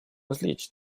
извлечь